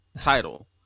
title